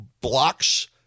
Blocks